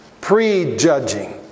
Pre-judging